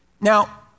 Now